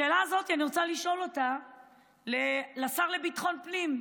את השאלה הזאת אני רוצה לשאול את השר לביטחון פנים,